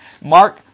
Mark